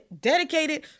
dedicated